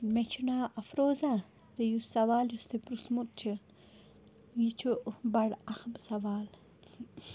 مےٚ چھُ ناو اَفروزا تہٕ یُس سوال یُس تۄہہِ پرٛژھمُت چھُ یہِ چھُ بَڑٕ اَہَم سوال